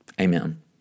Amen